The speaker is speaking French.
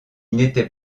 n’était